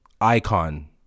icon